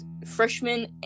freshman